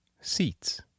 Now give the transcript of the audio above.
Seats